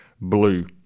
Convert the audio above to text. blue